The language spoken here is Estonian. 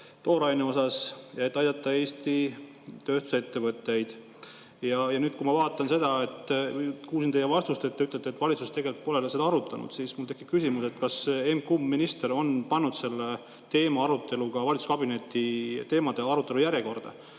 tooraine osas, et aidata Eesti tööstusettevõtteid. Kui ma nüüd kuulsin teie vastust, et valitsus tegelikult pole seda arutanud, siis mul tekib küsimus, kas emb-kumb minister on pannud selle teema arutelu valitsuskabineti teemade arutelu järjekorda.